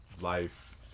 life